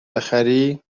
بخری